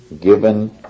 given